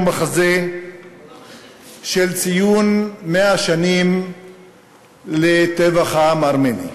המחזה של ציון 100 שנים לטבח העם הארמני.